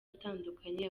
atandukanye